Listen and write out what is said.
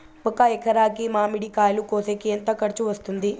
ఒక ఎకరాకి మామిడి కాయలు కోసేకి ఎంత ఖర్చు వస్తుంది?